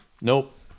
Nope